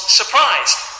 surprised